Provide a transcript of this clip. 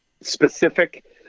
specific